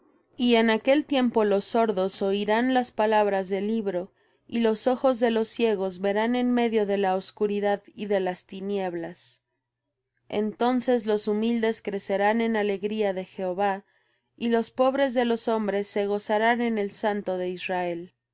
y en aquel tiempo los sordos oirán las palabras del libro y los ojos de los ciegos verán en medio de la oscuridad y de las tinieblas entonces los humildes crecerán en alegría en jehová y los pobres de los hombres se gozarán en el santo de israel